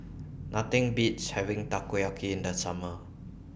Nothing Beats having Takoyaki in The Summer